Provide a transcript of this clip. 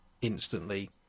instantly